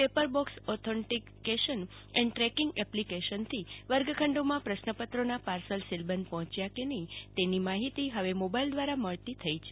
paper box authentication and tracking એપ્લિકેશનથી વર્ગખંડોમાં પ્રશ્નપત્રોના પાર્સલ સીલબંધ પર્હોચ્યા છે કે નહિ તેની માહિતી હવે મોબાઈલ દ્રારા મળતી થઈ છે